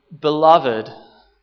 beloved